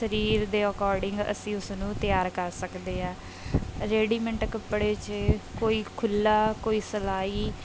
ਸਰੀਰ ਦੇ ਅਕੋਰਡਿੰਗ ਅਸੀਂ ਉਸ ਨੂੰ ਤਿਆਰ ਕਰ ਸਕਦੇ ਆ ਰੇਡੀਮੈਂਟ ਕੱਪੜੇ 'ਚ ਕੋਈ ਖੁੱਲ੍ਹਾ ਕੋਈ ਸਿਲਾਈ